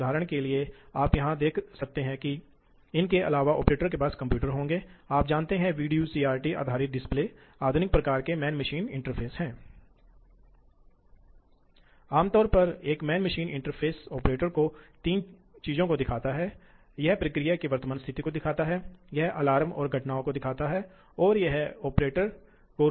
इसी तरह चूंकि सटीकता आम तौर पर एक बहुत बड़ा मुद्दा है इसलिए किसी को मशीन में उपलब्ध विभिन्न प्रकार की क्षतिपूर्ति सुविधाओं को देखना होगा क्योंकि वे आमतौर पर बहुत उच्च सटीकता प्राप्त करने के लिए उपयोग किए जाते हैं